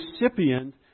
recipient